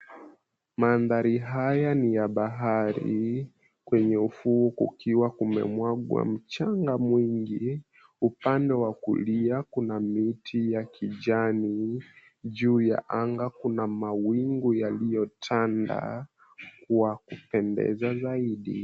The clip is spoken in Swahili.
Mandhari haya ni ya bahari. Kwenye ufuo kukiwa kumemwagwa mchanga mwingi. Upande wa kulia kuna miti ya kijani. Juu ya anga kuna mawingu yaliyotanda kuwa kupendeza zaidi.